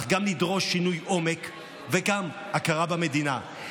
אך גם לדרוש שינוי עומק וגם הכרה במדינה.